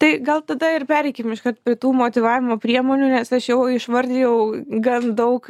tai gal tada ir pereikim iškart prie tų motyvavimo priemonių nes aš jau išvardijau gan daug